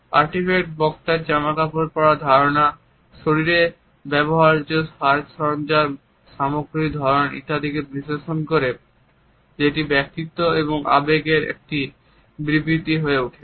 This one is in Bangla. আর্টিফ্যাক্ট বক্তার জামা কাপড় পরার ধারণা শরীরে ব্যবহার্য সাজসজ্জার সামগ্রীর ধরণ ইত্যাদিকে বিশ্লেষণ করে যেটি ব্যক্তিত্ব এবং আবেগের একটি বিবৃতি হয়ে ওঠে